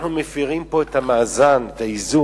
אנחנו מפירים פה את המאזן, את האיזון.